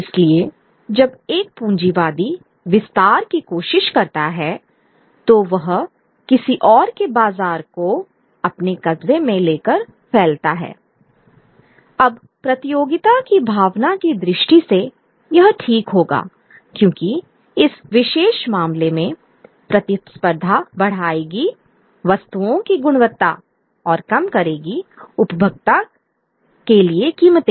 इसलिए जब एक पूँजीवादी विस्तार की कोशिश करता है तो वह किसी और के बाजार को अपने कब्ज़े में लेकर फैलता है I अब प्रतियोगिता की भावना की दृष्टि से यह ठीक होगा क्योंकि इस विशेष मामले में प्रतिस्पर्धा बढ़ाएगी वस्तुओं की गुणवत्ता और कम करेगी उपभोक्ता के लिए कीमतें